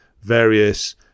various